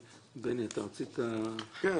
בני, אתה רצית לשאול?